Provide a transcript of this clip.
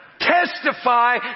testify